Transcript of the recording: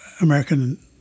American